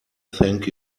thank